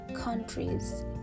countries